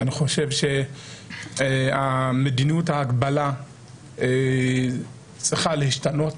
ואני חושב שמדיניות ההגבלה צריכה להשתנות.